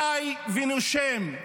חי ונושם.